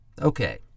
Okay